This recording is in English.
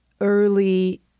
early